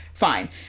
fine